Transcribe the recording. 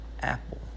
Apple